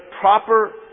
proper